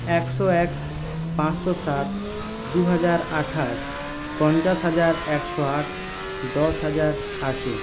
একশো এক পাঁচশো সাত দু হাজার আঠাশ পঞ্চাশ হাজার একশো আট দশ হাজার আশি